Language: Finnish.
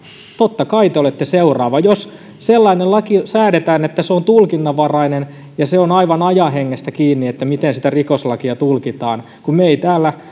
totta kai te olette seuraava jos sellainen laki säädetään että se on tulkinnanvarainen ja se on aivan ajan hengestä kiinni miten sitä rikoslakia tulkitaan kun me emme täällä